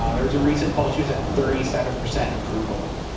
um there's a recent poll shows at thirty seven percent approval.